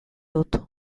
dut